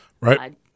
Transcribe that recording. right